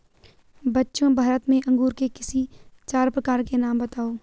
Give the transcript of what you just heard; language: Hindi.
बच्चों भारत में अंगूर के किसी चार प्रकार के नाम बताओ?